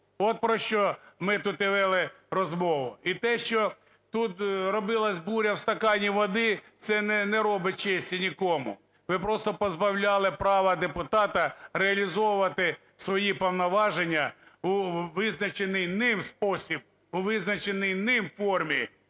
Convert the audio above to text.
От про що ми тут вели розмову. І те, що тут робилась буря в стакані води, це не робить честі нікому. Ви просто позбавляли права депутата реалізовувати свої повноваження у визначений ним спосіб, у визначеній ним формі,